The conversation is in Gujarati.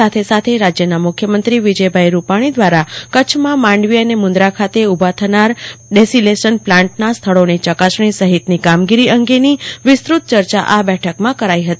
સાથે સાથે રાજ્યના મુખ્યમંત્રી વિજય રૂપાણી દ્વારા કચ્છમાં માંડવી અને મુન્દ્રા ખાતે ઉભા થનારા બે ડીસેલીનેશન પ્લાન્ટના સ્થાનોની યકાસણી સહિતની કામગીરી અંગેની વિસ્તૃત ચર્ચા આ બેઠકમાં કરાઈ હતી